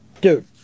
dude